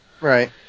right